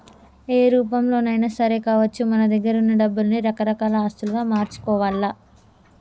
ఏ రూపంలోనైనా సరే కావచ్చు మన దగ్గరున్న డబ్బుల్ని రకరకాల ఆస్తులుగా మార్చుకోవాల్ల